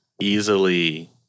easily